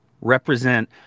represent